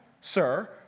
sir